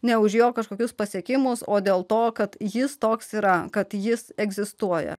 ne už jo kažkokius pasiekimus o dėl to kad jis toks yra kad jis egzistuoja